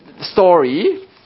story